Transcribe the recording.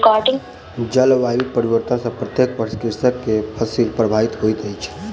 जलवायु परिवर्तन सॅ प्रत्येक वर्ष कृषक के फसिल प्रभावित होइत अछि